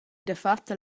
dafatta